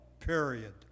period